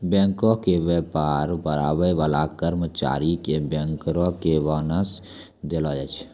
बैंको के व्यापार बढ़ाबै बाला कर्मचारी के बैंकरो के बोनस देलो जाय छै